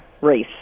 race